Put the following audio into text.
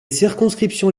circonscriptions